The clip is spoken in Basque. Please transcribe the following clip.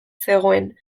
zegoen